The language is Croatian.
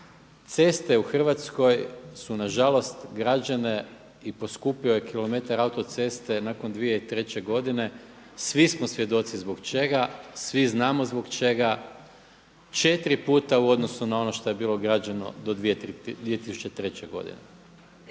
Ceste u Hrvatskoj su nažalost građene i poskupio je kilometar autoceste nakon 2003. godine, svi smo svjedoci zbog čega, svi znamo zbog čega, 4 puta u odnosu na ono što je bilo građeno do 2003. godine.